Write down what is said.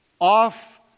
off